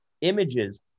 images